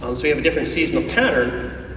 um so we have different seasonal patterns.